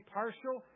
partial